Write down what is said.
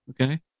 okay